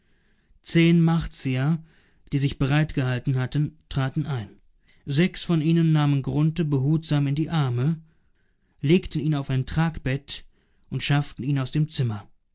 zehn martier die sich bereitgehalten hatten traten ein sechs von ihnen nahmen grunthe behutsam in die arme legten ihn auf ein tragbett und schafften ihn aus dem zimmer